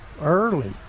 early